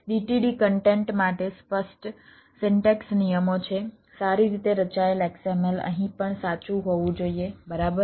DTD content માટે સ્પષ્ટ syntax નિયમો છે સારી રીતે રચાયેલ XML અહીં પણ સાચું હોવું જોઈએ બરાબર